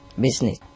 business